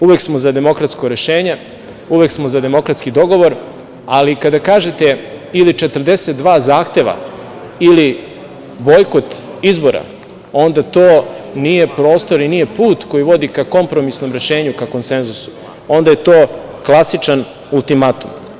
Uvek smo za demokratska rešenja, uvek smo za demokratski dogovor, ali kada kažete ili 42 zahteva, ili bojkot izbora, onda to nije prostor i nije put koji vodi ka kompromisnom rešenju, ka konsenzusu, onda je to klasičan ultimatum.